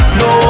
no